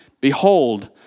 Behold